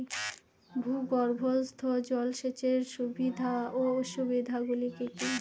ভূগর্ভস্থ জল সেচের সুবিধা ও অসুবিধা গুলি কি কি?